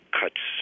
cuts